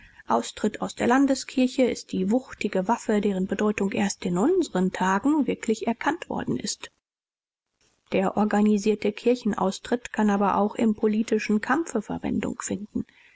austritt aus der landeskirche ist die wuchtige waffe deren bedeutung erst in unseren tagen wirklich erkannt worden ist der organisierte kirchenaustritt kann aber auch im politischen kampfe verwendung finden